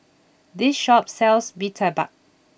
this shop sells Mee Tai Mak